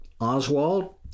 Oswald